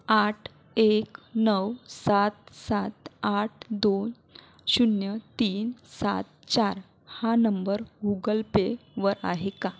आठ एक नऊ सात सात आठ दोन शून्य तीन सात चार हा नंबर हुगल पे वर आहे का